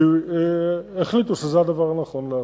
כי החליטו שזה הדבר הנכון לעשות.